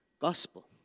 Gospel